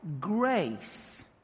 Grace